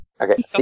Okay